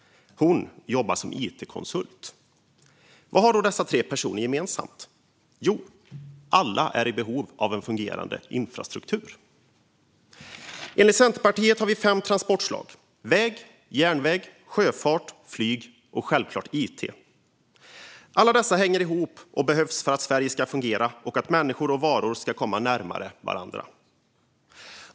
Hon jobbar som it-konsult. Vad har dessa tre personer gemensamt? Jo, alla är i behov av en fungerade infrastruktur. Enligt Centerpartiet har vi fem transportslag: väg, järnväg, sjöfart, flyg och - självfallet - it. Alla dessa hänger ihop och behövs för att Sverige ska fungera och för att människor och varor ska komma närmare varandra.